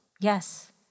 Yes